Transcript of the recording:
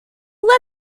let